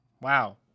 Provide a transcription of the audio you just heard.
wow